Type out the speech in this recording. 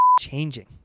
changing